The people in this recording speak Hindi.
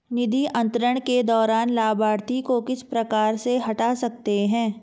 निधि अंतरण के दौरान लाभार्थी को किस प्रकार से हटा सकते हैं?